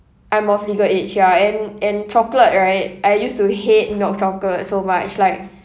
I'm of legal age ya and and chocolate right I used to hate milk chocolate so much like